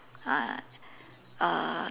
uh err